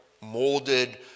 molded